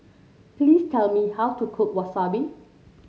please tell me how to cook Wasabi